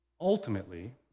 ultimately